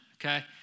okay